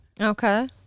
okay